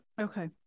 Okay